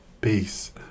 Peace